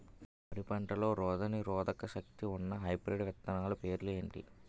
వరి పంటలో రోగనిరోదక శక్తి ఉన్న హైబ్రిడ్ విత్తనాలు పేర్లు ఏంటి?